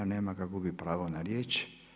Nema ga, gubi pravo na riječ.